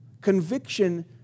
Conviction